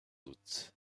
doute